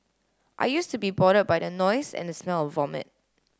I used to be bothered by the noise and the smell of vomit